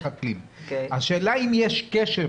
השאלה אם יש קשר,